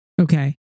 Okay